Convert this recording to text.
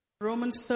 Romans